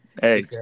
Hey